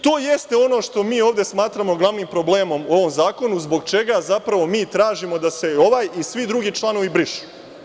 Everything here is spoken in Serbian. To jeste ono što mi ovde smatramo glavnim problemom u ovom zakonu, zbog čega zapravo mi tražimo da se ovaj i svi drugi lanovi brišu.